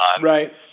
Right